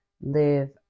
live